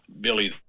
Billy